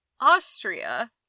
Austria